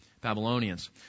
Babylonians